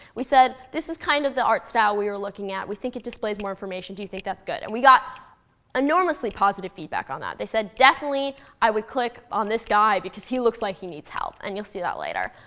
we said, this is kind of the art style we were looking at. we think it displays more information. do you think that's good? and we got enormously positive feedback on that. they say, definitely, i would click on this guy, because he looks like he needs help. and you'll see that later.